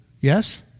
Yes